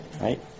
right